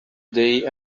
they